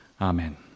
Amen